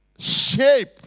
shape